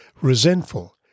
resentful